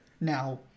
Now